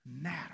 matter